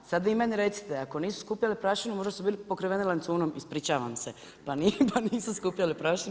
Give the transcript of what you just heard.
Sada vi meni recite, ako nisu skupljali prašinu možda su bili pokriveni lancunom, ispričavam se, pa nisu skupljali prašinu.